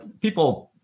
people